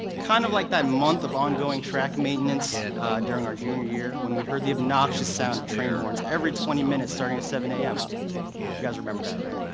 kind of like that month of ongoing track maintenance during our junior year when we heard the obnoxious sound of train horns every twenty minutes start at seven am. you guys remember that, right?